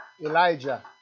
Elijah